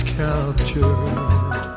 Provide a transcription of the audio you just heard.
captured